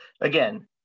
again